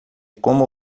como